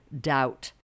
doubt